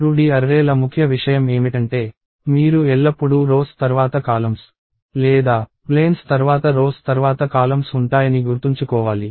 2D array ల ముఖ్య విషయం ఏమిటంటే మీరు ఎల్లప్పుడూ రోస్ తర్వాత కాలమ్స్ లేదా ప్లేన్స్ తర్వాత రోస్ తర్వాత కాలమ్స్ ఉంటాయని గుర్తుంచుకోవాలి